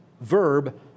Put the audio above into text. verb